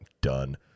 done